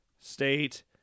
State